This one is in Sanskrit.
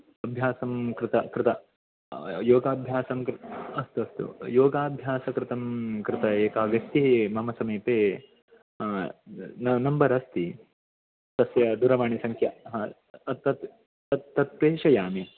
अभ्यासं कृत कृत योगाभ्यासं कृ अस्तु अस्तु योगाभ्यासकृतं कृत एका व्यक्तिः मम समीपे न नम्बर् अस्ति तस्य दूरवाणीसङ्ख्या तत् तत्तत् प्रेशयामि